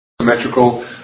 symmetrical